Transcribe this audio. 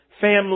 family